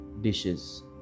dishes